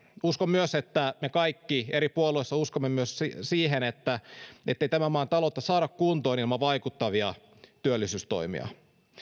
uskon myös että me kaikki eri puolueissa uskomme myös siihen ettei tämän maan taloutta saada kuntoon ilman vaikuttavia työllisyystoimia